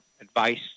advice